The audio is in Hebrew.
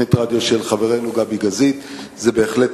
האם אנחנו בוחרים בדרך היחידה שבסופו של דבר יכולה